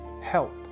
help